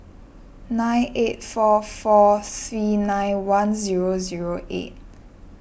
nine eight four four three nine one zero zero eight